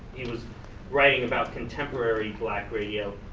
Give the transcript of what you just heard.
he was writing about contemporary black radio,